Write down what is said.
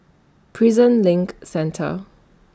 Prison LINK Centre